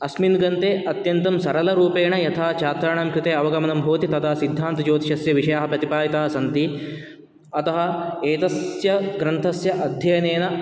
अस्मिन् ग्रन्थे अत्यन्तं सरलरूपेण यथा छात्राणां कृते अवगमनं भवति तथा सिद्धान्तज्योतिषस्य विषयाः प्रतिपादितास्सन्ति अतः एतस्य ग्रन्थस्य अध्ययनेन